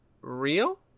real